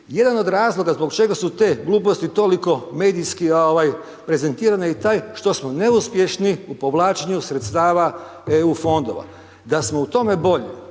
Jedan od razloga zbog čega su te gluposti toliko medijski prezentirane je i taj što smo neuspješni u povlačenju sredstava EU fondova, da smo u tome bolji